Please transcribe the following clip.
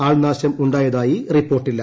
ആൾനാശം ഉണ്ടായതായി റിപ്പോർട്ടില്ല